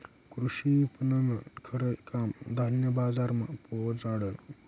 कृषी विपणननं खरं काम धान्य बजारमा पोचाडनं